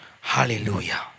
Hallelujah